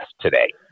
today